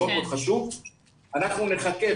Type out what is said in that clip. אנחנו נחכה,